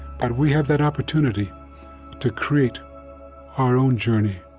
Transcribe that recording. but we have that opportunity to create our own journey